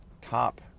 top